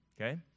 Okay